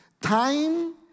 time